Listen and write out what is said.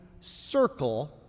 circle